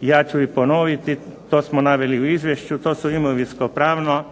Ja ću ih ponoviti. To smo naveli u izvješću. To su imovinsko-pravno